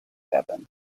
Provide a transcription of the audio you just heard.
bevan